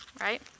right